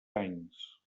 anys